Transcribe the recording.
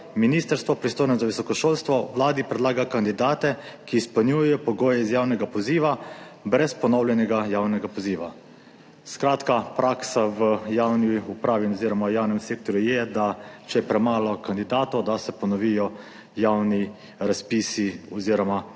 ministrstvo, pristojno za visoko šolstvo, Vladi predlaga kandidate, ki izpolnjujejo pogoje iz javnega poziva brez ponovljenega javnega poziva.« Skratka, praksa v javni upravi oziroma javnem sektorju je, če je premalo kandidatov, se ponovijo javni razpisi oziroma